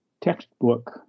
textbook